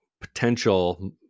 potential